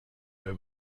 wenn